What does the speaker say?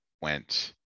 went